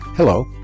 Hello